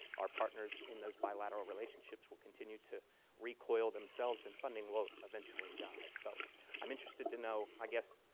our partners in those bilateral relationships will continue to recoil themselves and funding will eventually die. so i'm interested to know, i guess,